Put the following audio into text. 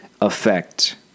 effect